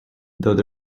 though